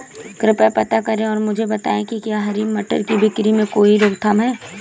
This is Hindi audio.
कृपया पता करें और मुझे बताएं कि क्या हरी मटर की बिक्री में कोई रोकथाम है?